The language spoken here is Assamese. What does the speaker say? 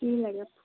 কি লাগে